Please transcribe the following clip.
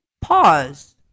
pause